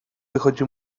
wychodzi